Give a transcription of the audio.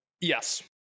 Yes